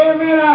Amen